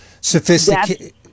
sophisticated